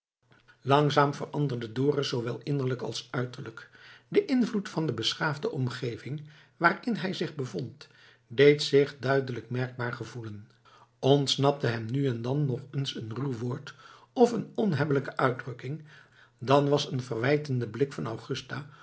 langzamerhand veranderde dorus zoowel innerlijk als uiterlijk de invloed van de beschaafde omgeving waarin hij zich bevond deed zich duidelijk merkbaar gevoelen ontsnapte hem nu en dan nog eens een ruw woord of een onhebbelijke uitdrukking dan was een verwijtende blik van augusta